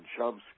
Chomsky